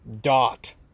dot